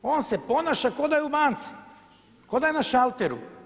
On se ponaša ko da je u banci, ko da je na šalteru.